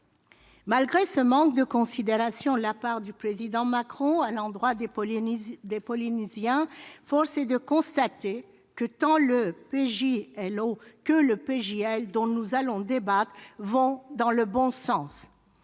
Malgré ce manque de considération de la part du président Macron à l'endroit des Polynésiens, force est de constater que tant le projet de loi organique que le projet de loi dont nous allons débattre vont dans le bon sens.